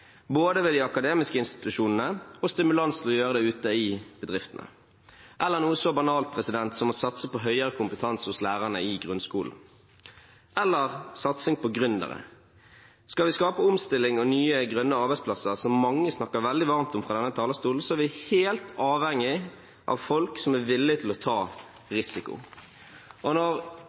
både ved de akademiske institusjonene og ute i bedriftene, eller noe så banalt som satsing på høyere kompetanse hos lærerne i grunnskolen eller satsing på gründere. Skal vi skape omstilling og nye grønne arbeidsplasser, som mange snakker veldig varmt om fra denne talerstolen, er vi helt avhengige av folk som er villige til å ta risiko. Når